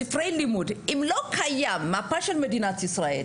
בספרי לימוד אם לא קיים מפה של מדינת ישראל,